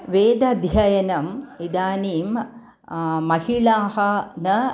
वेदाध्ययनम् इदानीं महिलाः न